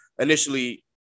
Initially